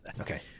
Okay